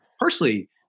personally